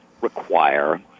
require